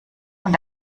und